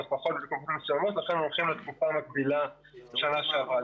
ולכן לוקחים את התקופה המקבילה בשנה שעברה.